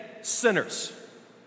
sinners